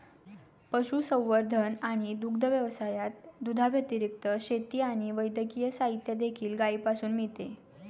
पशुसंवर्धन आणि दुग्ध व्यवसायात, दुधाव्यतिरिक्त, शेती आणि वैद्यकीय साहित्य देखील गायीपासून मिळते